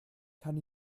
kann